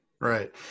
Right